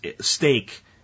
stake